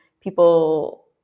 people